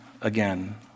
again